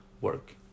work